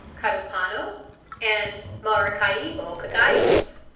carupano and maracaibo cacaos.